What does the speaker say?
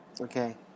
okay